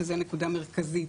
זאת הנקודה המרכזית,